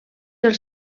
els